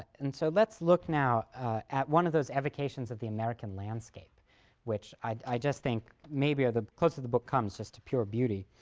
and so let's look now at one of those evocations of the american landscape which i just think maybe are the closest the book comes just to pure beauty.